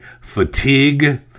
fatigue